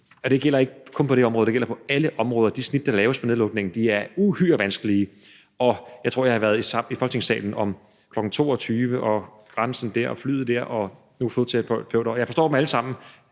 og det gælder ikke kun på det område, det gælder på alle områder – at de snit, der laves med nedlukningen, er uhyre vanskelige. Og jeg tror, jeg har været i Folketingssalen for at svare på spørgsmål om tidspunktet kl. 22.00, om grænsen dér, om flyet dér og nu om fodterapeuter. Og jeg forstår dem alle sammen.